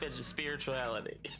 spirituality